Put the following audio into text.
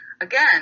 again